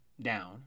down